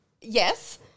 Yes